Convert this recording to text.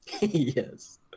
Yes